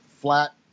flat